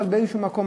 אבל באיזה מקום,